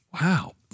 Wow